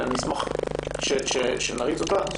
אשמח שנריץ אותה.